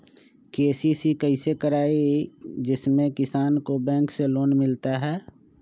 KCC कैसे कराये जिसमे किसान को बैंक से लोन मिलता है?